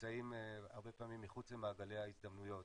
נמצאים הרבה פעמים מחוץ למעגלי ההזדמנויות.